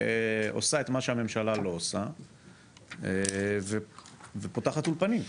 עושה את מה שהממשלה לא עושה ופותחת אולפנים.